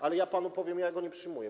Ale ja panu powiem, że ja go nie przyjmuję.